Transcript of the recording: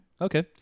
Okay